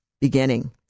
beginning